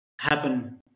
happen